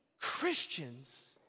Christians